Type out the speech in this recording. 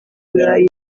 burayi